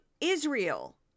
Israel